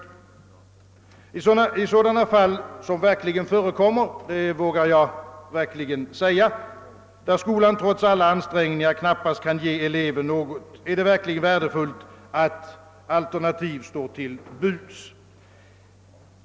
I sådana fall, som verkligen förekommer — det vågar jag säga — och där skolan trots alla ansträngningar knappast kan ge eleven något, är det värdefullt att alternativ står till buds.